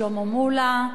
שלמה מולה,